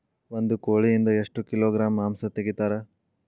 ಒಂದು ಕೋಳಿಯಿಂದ ಎಷ್ಟು ಕಿಲೋಗ್ರಾಂ ಮಾಂಸ ತೆಗಿತಾರ?